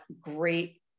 great